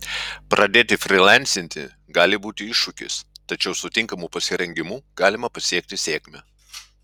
pradėti frylancinti gali būti iššūkis tačiau su tinkamu pasirengimu galima pasiekti sėkmę